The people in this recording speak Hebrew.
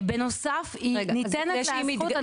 בנוסף, ניתנת לה הזכות.